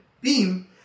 beam